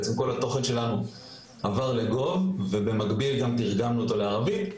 בעצם כל התוכן שלנו עבר ל- gov.ilובמקביל גם תרגמנו אותו לערבית.